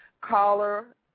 Caller